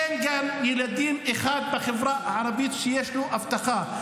אין גן ילדים אחד בחברה הערבית שיש בו אבטחה.